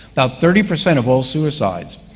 about thirty percent of all suicides